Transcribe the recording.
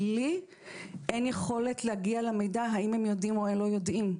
כי לי אין יכולת להגיע למידע האם הם יודעים או לא יודעים.